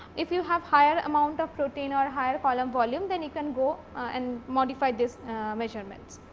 if you have higher amount of protein or higher column volume, then you can go and modify this measurements.